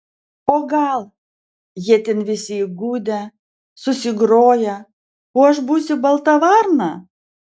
o gal jie ten visi įgudę susigroję o aš būsiu balta varna